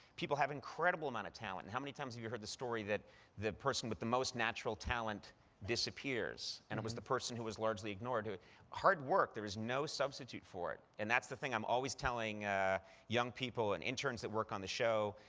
people have incredible amount of talent. how many times have you heard the story that the person with the most natural talent disappears? and it was the person who was largely ignored hard work, there is no substitute for it. and that's the thing i'm always telling young people and interns that work on the show,